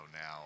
now